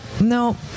no